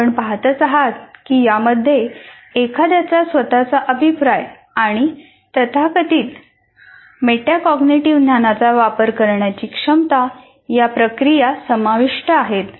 आपण पहातच आहात की यामध्ये एखाद्याचा स्वतचा अभिप्राय आणि तथाकथित मेटाकॅग्निटिव्ह ज्ञानाचा वापर करण्याची क्षमता या प्रक्रिया समाविष्ट आहेत